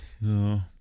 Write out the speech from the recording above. No